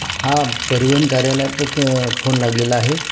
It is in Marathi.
हा परिवहन कार्यालयातच फोन लागलेला आहे